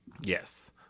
Yes